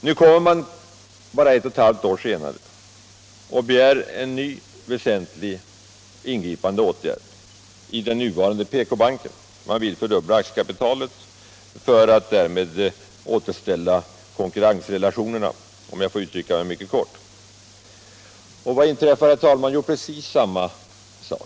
Nu kommer man bara ett och ett halvt år senare och begär en ny väsentlig och ingripande åtgärd i den nuvarande PK-banken. Man vill fördubbla aktiekapitalet för att därmed återställa konkurrensrelationerna, om jag får uttrycka mig mycket knappt. Och vad inträffar? Jo, precis samma sak.